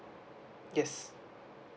yes